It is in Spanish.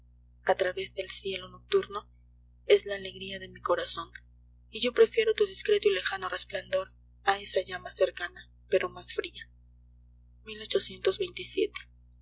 a través del cielo nocturno es la alegría de mi corazón y yo prefiero tu discreto y lejano resplandor a esa llama cercana pero más fría